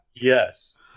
Yes